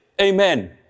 Amen